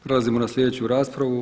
Prelazimo na slijedeću raspravu.